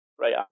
Right